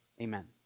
Amen